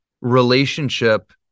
relationship